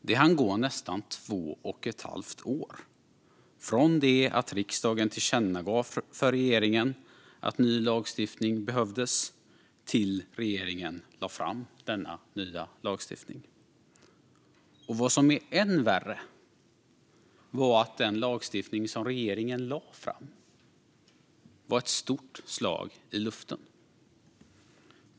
Det hann gå nästan två och ett halvt år från det att riksdagen riktade ett tillkännagivande till regeringen om att det behövdes en ny lagstiftning till att regeringen lade fram denna nya lagstiftning. Vad som är än värre är att den lagstiftning som regeringen sedan lade fram var ett stort slag i luften.